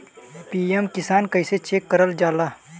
PM Kisan कइसे check करल जाला?